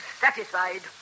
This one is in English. satisfied